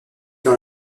dans